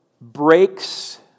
breaks